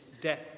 death